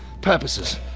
Purposes